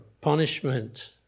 punishment